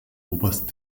oberst